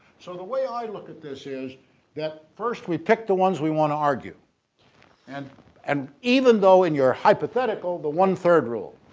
so the way i look at this is that first we pick the ones we want to argue and and even though in your hypothetical the one three rule,